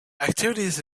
activities